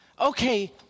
Okay